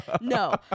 No